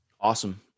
Awesome